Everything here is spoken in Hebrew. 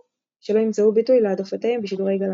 יימצאו ביטוי להעדפותיהם בשידורי גל"צ.